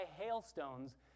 hailstones